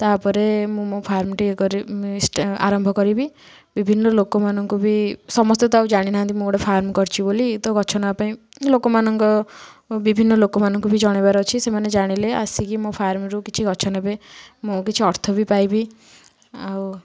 ତା ପରେ ମୁଁ ମୋ ଫାର୍ମଟି ଇଏ କରିମି ଷ୍ଟା ଆରମ୍ଭ କରିବି ବିଭିନ୍ନ ଲୋକମାନଙ୍କୁ ବି ସମସ୍ତେ ତ ଆଉ ଜାଣି ନାହାଁନ୍ତି ମୁଁ ଗୋଟେ ଫାର୍ମ କରିଛି ବୋଲି ତ ଗଛ ନବା ପାଇଁ ଲୋକମାନଙ୍କ ବିଭିନ୍ନ ଲୋକମାନଙ୍କୁ ବି ଜଣେଇବାର ଅଛି ସେମାନେ ଜାଣିଲେ ଆସିକି ମୋ ଫାର୍ମରୁ କିଛି ଗଛ ନେବେ ମୁଁ କିଛି ଅର୍ଥ ବି ପାଇବି ଆଉ